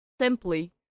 simply